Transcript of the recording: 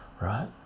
right